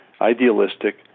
idealistic